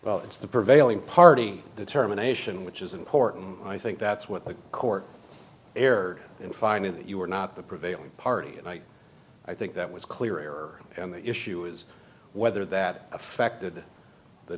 well it's the prevailing party determination which is important i think that's what the court erred in finding that you were not the prevailing party and i i think that was clear error and the issue is whether that affected the